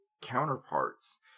counterparts